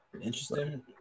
Interesting